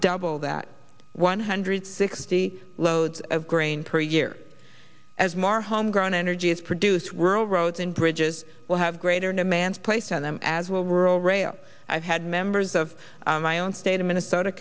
double that one hundred sixty loads of grain per year as more homegrown energy is produced rural roads and bridges will have greater demands placed on them as well rural rail i've had members of my own state of minnesota